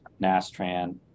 Nastran